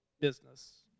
business